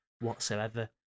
whatsoever